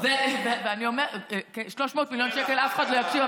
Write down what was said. אף אחד לא יקשיב,